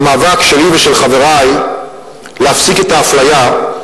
המאבק שלי ושל חברי להפסיק את האפליה,